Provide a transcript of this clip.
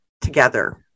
together